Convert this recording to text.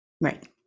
Right